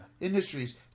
Industries